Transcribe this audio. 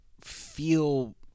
feel